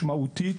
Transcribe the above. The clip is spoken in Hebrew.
משמעותית,